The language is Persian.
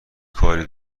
کاری